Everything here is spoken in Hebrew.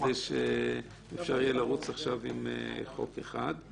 כדי שאפשר יהיה לרוץ עכשיו עם חוק אחד.